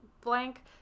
Blank